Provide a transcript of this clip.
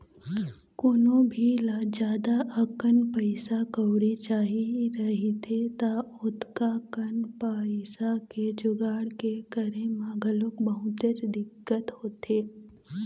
कोनो भी ल जादा अकन पइसा कउड़ी चाही रहिथे त ओतका कन पइसा के जुगाड़ के करे म घलोक बहुतेच दिक्कत होथे